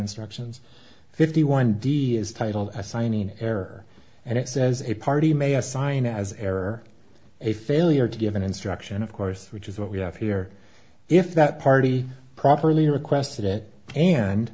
instructions fifty one d is titled assigning an error and it says a party may assign as error a failure to give an instruction of course which is what we have here if that party properly requested it and